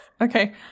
Okay